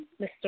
mr